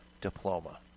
Diploma